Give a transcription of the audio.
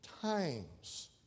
times